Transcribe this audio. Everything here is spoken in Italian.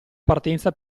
partenza